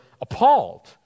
appalled